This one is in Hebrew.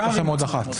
יש לכם עוד אחת.